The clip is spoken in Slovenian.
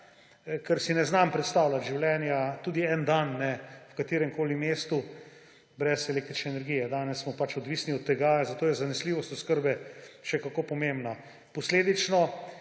ker si ne znam predstavljati življenja, tudi en dan ne, v kateremkoli mestu brez električne energije. Danes smo pač odvisni od tega, zato je zanesljivost oskrbe še kako pomembna. Posledično